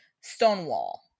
Stonewall